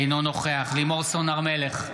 אינו נוכח לימור סון הר מלך,